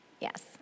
Yes